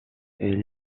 elle